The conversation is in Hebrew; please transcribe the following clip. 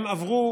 עברו